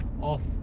off